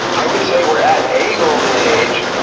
i would say we're at a golden age,